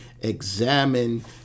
Examine